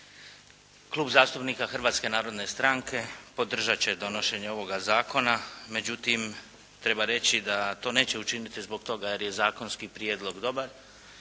Klub zastupnika Hrvatske narodne stranke podržati će donošenje ovoga Zakona. Međutim, treba reći da to neće učiniti zbog toga jer je zakonski prijedlog dobar